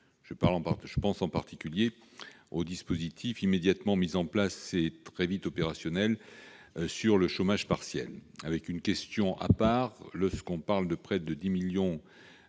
Je pense en particulier au dispositif immédiatement mis en place et très vite opérationnel du chômage partiel. J'aurai toutefois une question à ce sujet : lorsque l'on parle de près de 10 millions